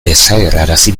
desagerrarazi